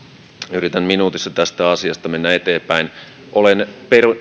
yritän minuutissa tässä asiassa mennä eteenpäin olen